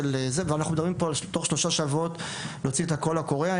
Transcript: ואנחנו מדברים פה על תוך שלושה שבועות להוציא את הקול הקורא.